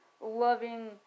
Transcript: loving